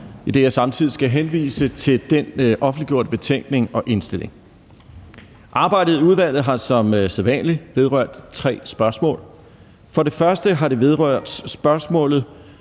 idet jeg samtidig skal henvise til den offentliggjorte betænkning og indstilling. Arbejdet i udvalget har som sædvanlig vedrørt tre spørgsmål: For det første har det vedrørt spørgsmålet